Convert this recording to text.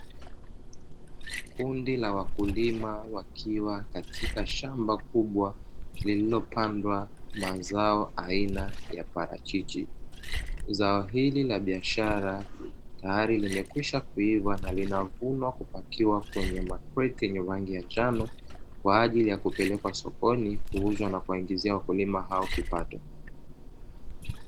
Kundi la wakulima wakiwa katika shamba kubwa, lililopandwa mazao aina ya parachichi. Zao hili la biashara tayari limekwisha kuiva na inavunwa, kupakiwa kwenye makreti yenye rangi ya njano, kwa ajili ya kupelekwa sokoni kuuzwa na kuwaingizia wakulima hao kipato.